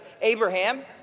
Abraham